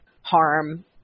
harm